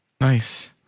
Nice